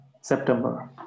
September